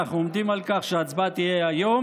אנחנו עומדים על כך שההצבעה תהיה היום.